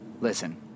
Listen